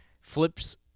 flips